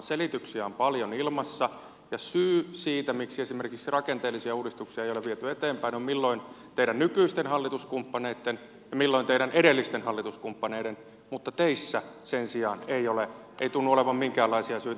selityksiä on paljon ilmassa ja syy siihen miksi esimerkiksi rakenteellisia uudistuksia ei ole viety eteenpäin on milloin teidän nykyisten hallituskumppaneiden ja milloin teidän edellisten hallituskumppaneiden mutta teissä sen sijaan ei tunnu olevan minkäänlaisia syitä